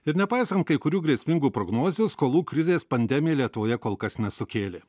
ir nepaisant kai kurių grėsmingų prognozių skolų krizės pandemija lietuvoje kol kas nesukėlė